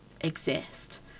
exist